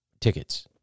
tickets